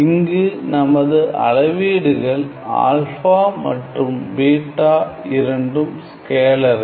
இங்கு நமது அளவீடுகள் ஆல்ஃபா மற்றும் பீட்டா இரண்டும் ஸ்கேலர்கள்